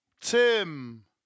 Tim